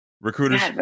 recruiters